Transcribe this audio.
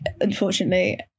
unfortunately